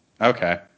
Okay